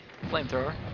flamethrower